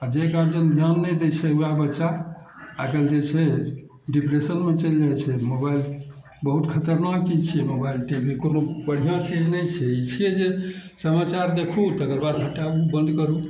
आ जे गार्जियन ध्यान नहि दै छै वएह बच्चा आइ काल्हि जे छै डिप्रेशनमे चलि जाइ छै मोबाइल बहुत खतरनाक चीज छियै मोबाइल टी भी कोनो बढ़िआँ चीज नहि छै ई छियै जे समाचार देखू तकर बाद हटाबू बन्द करू